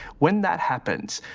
when that happens,